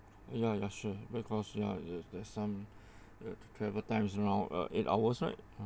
ya ya sure because you are there's some uh the travel times is around uh eight hours right uh